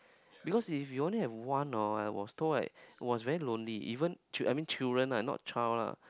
because if you only have one orh I was told like it was very lonely even chil~ I mean children ah not child lah